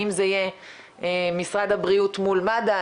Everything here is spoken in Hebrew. האם זה יהיה משרד הבריאות מול מד"א,